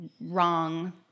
wrong